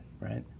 right